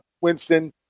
Winston